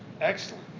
Excellent